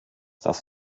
das